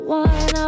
one